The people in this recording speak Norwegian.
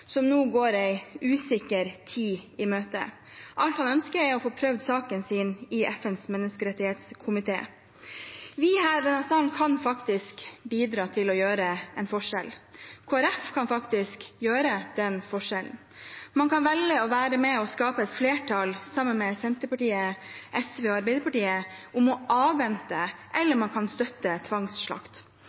som nå går en usikker tid i møte. Alt han ønsker, er å få prøvd saken sin i FNs menneskerettighetskomité. Vi her i denne salen kan faktisk bidra til å gjøre en forskjell. Kristelig Folkeparti kan faktisk gjøre den forskjellen. Man kan velge å være med og skape et flertall sammen med Senterpartiet, SV og Arbeiderpartiet om å avvente, eller man kan støtte tvangsslakt.